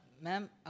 Ma'am